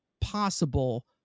possible